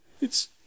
It's